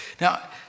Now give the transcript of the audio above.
Now